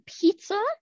pizza